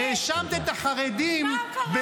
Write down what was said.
האשמת את החרדים -- את האמת.